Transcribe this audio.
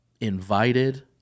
invited